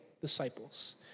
disciples